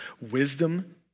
wisdom